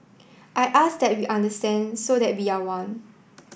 I ask that we understand so that we are one